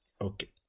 Okay